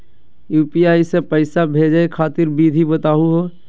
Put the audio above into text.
UPI स पैसा भेजै खातिर विधि बताहु हो?